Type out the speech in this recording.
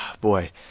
boy –